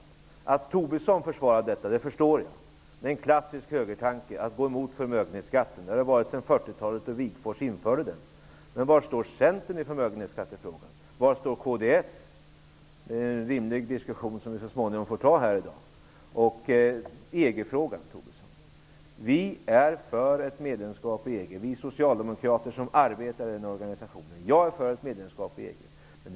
Jag förstår att Tobisson försvarar detta. Det är en klassisk högertanke att gå emot förmögenhetsskatten. Det har det varit sedan 40 talet, då Wigforss införde den. Men var står Centern i förmögenhetsskattefrågan? Var står kds? Det är en rimlig diskussion som vi så småningom får ta här i dag. Tobisson tog upp EG-frågan. Vi socialdemokrater som arbetar i den organisationen är för ett medlemskap i EG. Jag är för ett medlemskap i EG.